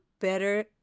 better